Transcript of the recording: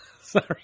Sorry